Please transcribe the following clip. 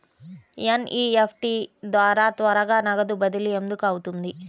NEFT ద్వారా త్వరగా నగదు బదిలీ ఎందుకు అవుతుంది?